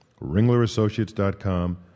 ringlerassociates.com